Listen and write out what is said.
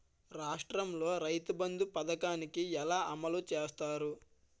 రాష్ట్రంలో రైతుబంధు పథకాన్ని ఎలా అమలు చేస్తారు?